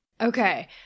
Okay